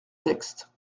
texte